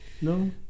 no